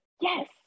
Yes